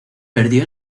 perdió